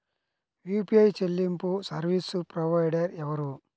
UPI చెల్లింపు service provider ఎవరు?